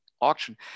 auction